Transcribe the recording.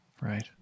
right